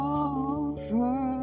over